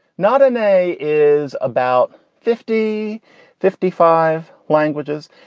not in a is about fifty fifty five languages.